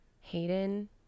hayden